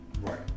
Right